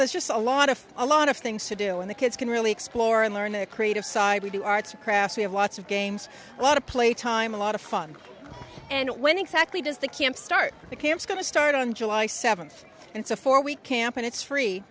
there's just a lot of a lot of things to do and the kids can really explore and learn their creative side we do arts and crafts we have lots of games a lot of play time a lot of fun and when exactly does the camp start the camps going to start on july seventh and it's a four week camp and it's free